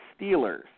Steelers